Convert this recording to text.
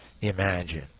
imagine